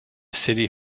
city